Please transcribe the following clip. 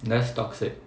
less toxic